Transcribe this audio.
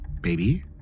baby